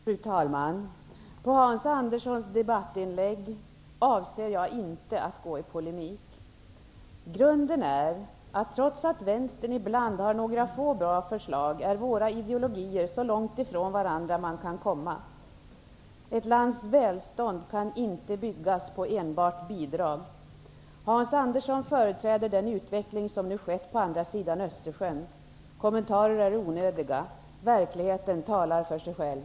Fru talman! Mot Hans Anderssons debattinlägg avser jag inte att gå i polemik. Grunden härtill är att trots att Vänstern ibland har några bra förslag, är våra ideologier så långt ifrån varandra som de kan komma. Ett lands välstånd kan inte byggas på enbart bidrag. Hans Andersson företräder den utveckling som ägde rum på andra sidan Östersjön. Kommentarer är onödiga. Verkligheten talar för sig själv.